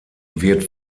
wird